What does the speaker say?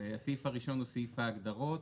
הסעיף הראשון הוא סעיף ההגדרות,